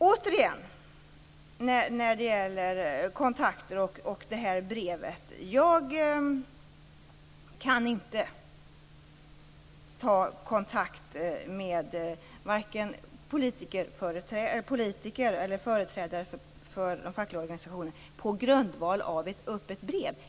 Återigen angående kontakter och brevet: Jag kan inte ta kontakt med vare sig politiker eller företrädare för de fackliga organisationerna på grundval av ett öppet brev.